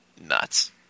nuts